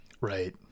Right